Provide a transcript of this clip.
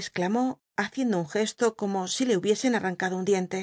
exclamó haciendo un gesto como i le hubiesen arrancado un diente